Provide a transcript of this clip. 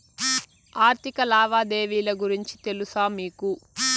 ఆర్థిక లావాదేవీల గురించి తెలుసా మీకు